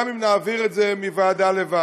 גם אם נעביר את זה מוועדה לוועדה.